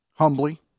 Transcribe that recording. humbly